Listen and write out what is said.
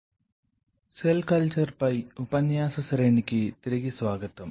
కాబట్టి సెల్ కల్చర్పై ఉపన్యాస శ్రేణికి తిరిగి స్వాగతం